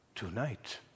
Tonight